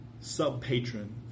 sub-patron